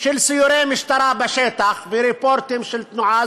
של סיורי משטרה בשטח ורפורטים של תנועה,